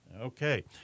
Okay